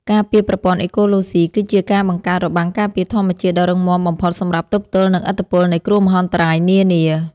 ការពារប្រព័ន្ធអេកូឡូស៊ីគឺជាការបង្កើតរបាំងការពារធម្មជាតិដ៏រឹងមាំបំផុតសម្រាប់ទប់ទល់នឹងឥទ្ធិពលនៃគ្រោះមហន្តរាយនានា។